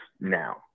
now